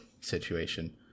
situation